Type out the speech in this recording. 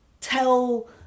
tell